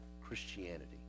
Christianity